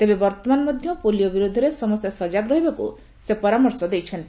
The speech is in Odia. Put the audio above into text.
ତେବେ ବର୍ତ୍ତମାନ ମଧ୍ୟ ପୋଲିଓ ବିରୋଧରେ ସମସ୍ତେ ସଜାଗ ରହିବାକୁ ସେ ପରାମର୍ଶ ଦେଇଛନ୍ତି